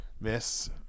miss